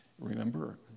Remember